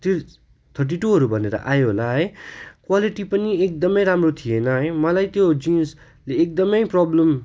ती थर्टी टूहरू भनेर आयो होला है क्वालिटी पनि एकदम राम्रो थिएन है मलाई त्यो जिन्सले एकदमै प्रब्लम